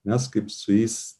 mes kaip su jais